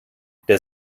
der